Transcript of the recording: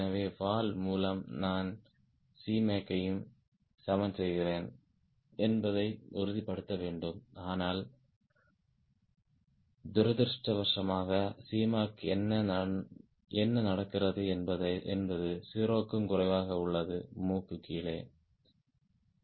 எனவே வால் மூலம் நான் Cmac ஐயும் சமன் செய்கிறேன் என்பதை உறுதிப்படுத்த வேண்டும் ஆனால் துரதிர்ஷ்டவசமாக Cmac என்ன நடக்கிறது என்பது 0 க்கும் குறைவாக உள்ளது நோஸ் டவுண்